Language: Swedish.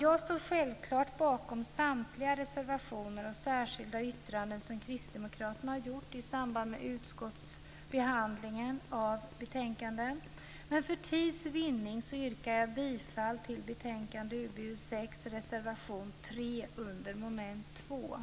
Jag står självklart bakom samtliga reservationer och särskilda yttranden som kristdemokraterna har skrivit i samband med utskottsbehandlingen av betänkandet. Men för tids vinning yrkar jag bifall till reservation 3 under mom. 2 i utbildningsutskottets betänkande 6.